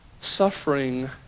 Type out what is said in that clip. Suffering